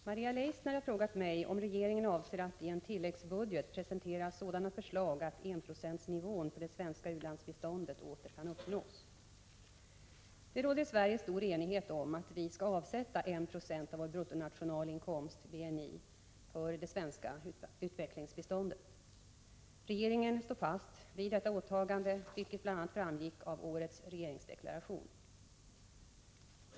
Herr talman! Maria Leissner har frågat mig om regeringen avser att i en tilläggsbudget presentera sådana förslag att enprocentsnivån för det svenska u-landsbiståndet åter kan uppnås. Det råder i Sverige stor enighet om att vi skall avsätta 1 96 av vår bruttonationalinkomst för svenskt utvecklingsbistånd. Regeringen står fast vid detta åtagande, vilket bl.a. framgick av årets regeringsdeklaration.